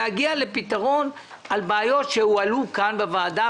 להגיע לפתרון על בעיות שהועלו כאן בוועדה,